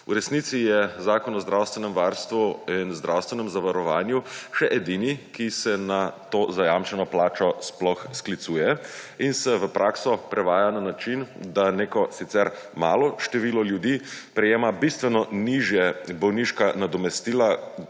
V resnici je Zakon o zdravstvenem varstvu in zdravstvenem zavarovanju še edini, ki se na to zajamčeno plačo sploh sklicuje in se v prakso prevaja na način, da neko sicer malo število ljudi prejema bistveno nižja bolniška nadomestila,